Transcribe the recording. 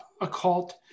occult